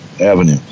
avenue